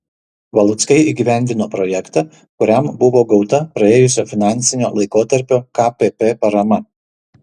valuckai įgyvendino projektą kuriam buvo gauta praėjusio finansinio laikotarpio kpp parama